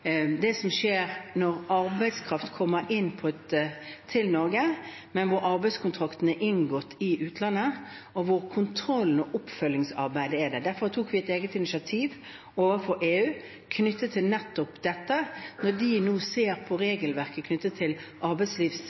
Norge, mens arbeidskontraktene er inngått i utlandet og kontrollen og oppfølgingsarbeidet er der. Derfor tok vi et eget initiativ overfor EU om nettopp dette – når de nå ser på regelverket knyttet til